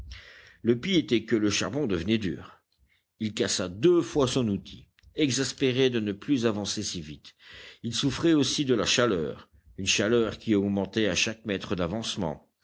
le pis était que le charbon devenait dur il cassa deux fois son outil exaspéré de ne plus avancer si vite il souffrait aussi de la chaleur une chaleur qui augmentait à chaque mètre d'avancement